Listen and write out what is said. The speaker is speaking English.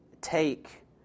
take